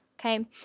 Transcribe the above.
Okay